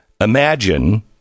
imagine